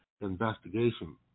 investigation